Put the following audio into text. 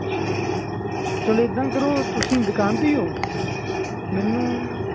ਅੱਛਾ ਜੀ ਚਲੋ ਇੱਦਾਂ ਕਰੋ ਤੁਸੀਂ ਦੁਕਾਨ 'ਤੇ ਹੀ ਹੋ ਮੈਨੂੰ